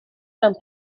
mewn